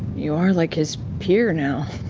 you are like his peer now.